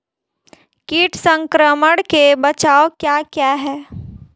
कीट संक्रमण के बचाव क्या क्या हैं?